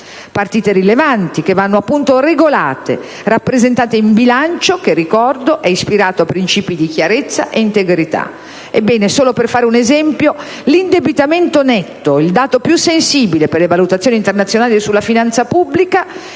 partite rilevanti, che vanno appunto "regolate", rappresentate in bilancio, che, ricordo, è ispirato a principi di chiarezza ed integrità. Solo per fare un esempio, l'indebitamento netto, il dato più sensibile per le valutazioni internazionali sulla finanza pubblica,